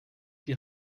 die